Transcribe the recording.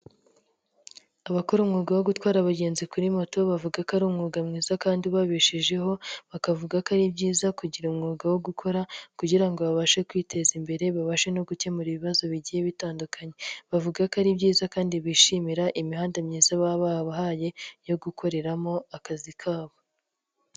Abakora umwuga wo gutwara abagenzi kuri moto, bavuga ko ari umwuga mwiza kandi ubabeshejeho, bakavuga ko ari byiza kugira umwuga wo gukora kugira ngo babashe kwiteza imbere, babashe no gukemura ibibazo bigiye bitandukanye. bavuga ko ari byiza kandi bishimira imihanda myiza baba babahaye yo gukoreramo akazi kabo.